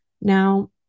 Now